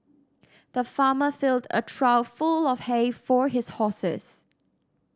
the farmer filled a trough full of hay for his horses